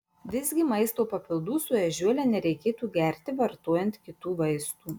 visgi maisto papildų su ežiuole nereikėtų gerti vartojant kitų vaistų